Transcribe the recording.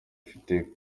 ifite